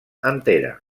entera